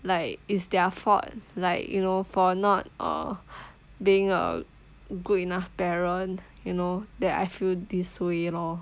like it's their fault like you know for not uh being a good enough parent you know that I feel this way lor